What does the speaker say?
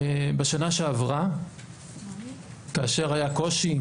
בשנה שעברה כאשר היה קושי,